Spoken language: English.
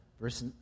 verse